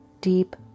deep